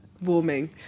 warming